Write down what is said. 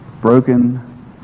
broken